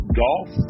golf